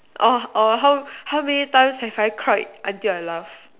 oh oh how how many times have I cried until I laughed